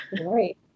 Right